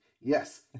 yes